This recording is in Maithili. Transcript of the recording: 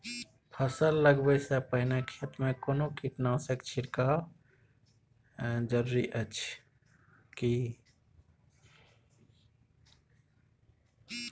फसल लगबै से पहिने खेत मे कोनो कीटनासक छिरकाव जरूरी अछि की?